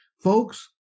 Folks